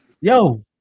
Yo